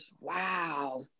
wow